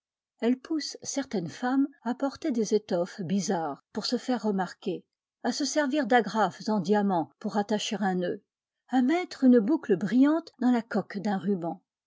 elle pousse certaines femmes à porter des étoffes bizarres pour se faire remarquer à se servir d'agrafes en diamants pour attacher un nœud à mettre une boucle brillante dans la coque d'un ruban